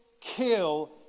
kill